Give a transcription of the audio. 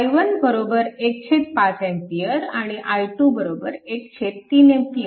ह्याचा अर्थ i1 1 5A आणि i2 13A